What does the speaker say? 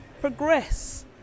progress